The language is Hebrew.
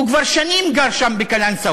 הוא כבר שנים גר שם בקלנסואה,